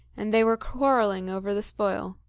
and they were quarrelling over the spoil.